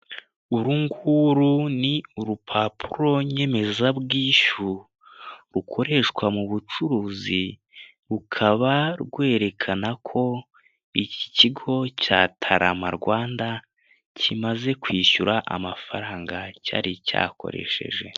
Uru nguru ni urupapuro nyemezabwishyu rukoreshwa mu bucuruzi, rukaba rwerekana ko iki kigo cya Tarama Rwanda kimze kwishyura amafaranga cyari cyakoresheje.